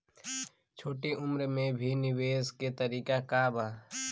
छोटी उम्र में भी निवेश के तरीका क बा?